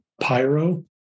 Pyro